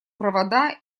провода